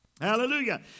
Hallelujah